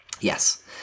Yes